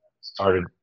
started